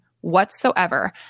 whatsoever